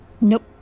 Nope